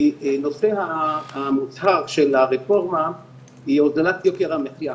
הנושא המוצהר של הרפורמה הוא הוזלת יוקר המחיה.